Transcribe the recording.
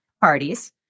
parties